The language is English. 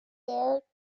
there